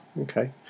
Okay